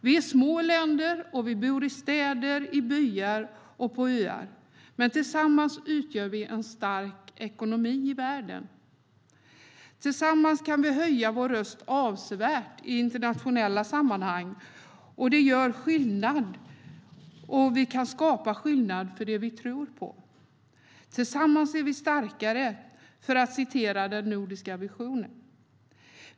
Vi är små länder, och vi bor i städer, i byar och på öar, men tillsammans utgör vi en stark ekonomi i världen. Tillsammans kan vi höja vår röst avsevärt i internationella sammanhang och skapa skillnad för det vi tror på. Tillsammans är vi starkare, för att citera den nordiska visionen.